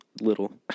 little